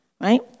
right